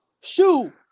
Shoot